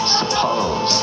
suppose